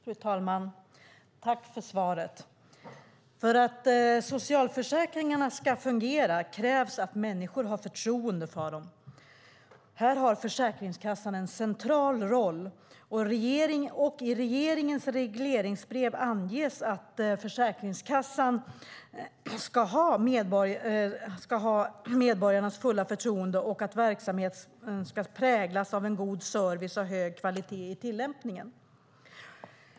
Fru talman! Jag tackar för svaret. För att socialförsäkringarna ska fungera krävs att människor har förtroende för dem. Här har Försäkringskassan en central roll, och i regeringens regleringsbrev anges att Försäkringskassan ska ha medborgarnas fulla förtroende och att verksamheten ska präglas av god service och hög kvalitet i tillämpningen.